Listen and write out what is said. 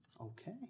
Okay